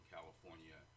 California